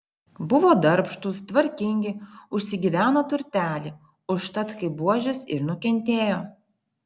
buvo darbštūs tvarkingi užsigyveno turtelį užtat kaip buožės ir nukentėjo